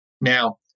Now